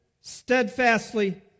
steadfastly